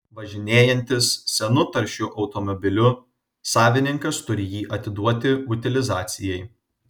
važinėjantis senu taršiu automobiliu savininkas turi jį atiduoti utilizacijai